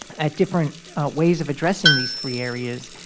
at different ways of addressing these three areas,